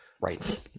right